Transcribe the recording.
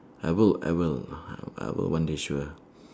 I will I will I will one day sure